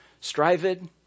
strived